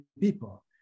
people